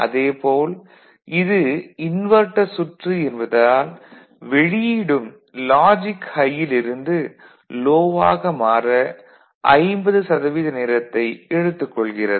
அதுபோல் இது இன்வெர்ட்டர் சுற்று என்பதால் வெளியீடும் லாஜிக் ஹை யில் இருந்து லோ ஆக மாற 50 சதவீத நேரத்தை எடுத்துக் கொள்கிறது